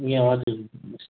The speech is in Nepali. ए हजुर